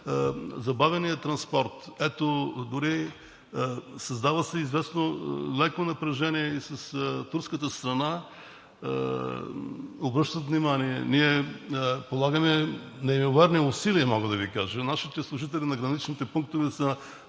забавения транспорт. Ето, дори се създава известно леко напрежение и с турската страна – обръщат внимание. Ние полагаме неимоверни усилия, мога да Ви кажа, нашите служители на граничните пунктове са